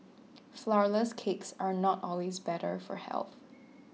Flourless Cakes are not always better for health